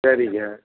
சரிங்க